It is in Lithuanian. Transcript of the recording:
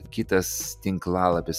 kitas tinklalapis